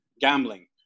gambling